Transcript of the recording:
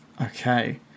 Okay